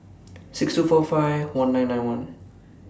six two four five one four nine one